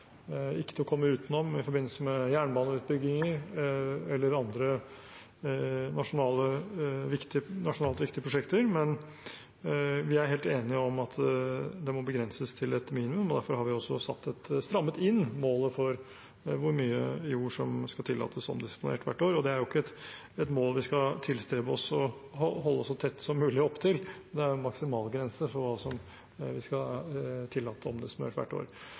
ikke er til å komme utenom i forbindelse med jernbaneutbygginger eller andre nasjonalt viktige prosjekter. Men vi er helt enige om at det må begrenses til et minimum. Derfor har vi også strammet inn målet for hvor mye jord som skal tillates omdisponert hvert år. Det er ikke et mål vi skal tilstrebe å holde oss så tett som mulig opptil, det er en maksimalgrense for hva vi skal tillate omdisponert hvert år. Jeg oppfatter her at på den ene siden er det